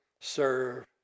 serve